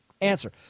Answer